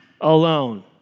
Alone